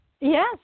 Yes